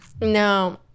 No